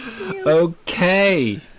Okay